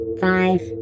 Five